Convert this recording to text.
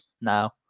now